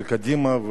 של קדימה,